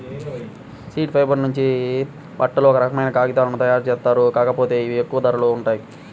seed fibre నుంచి బట్టలు, ఒక రకమైన కాగితాలను తయ్యారుజేత్తారు, కాకపోతే ఇవి ఎక్కువ ధరలో ఉంటాయి